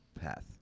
path